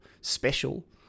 special